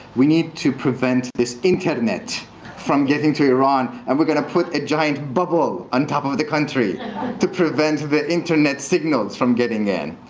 we need to prevent this internet from getting to iran. and we're going to put giant bubble on top of of the country to prevent the internet signal from getting in.